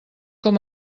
com